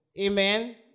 Amen